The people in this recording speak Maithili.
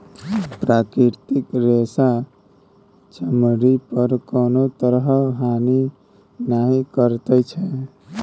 प्राकृतिक रेशा चमड़ी पर कोनो तरहक हानि नहि करैत छै